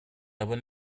aber